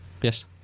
yes